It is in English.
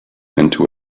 into